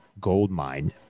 goldmine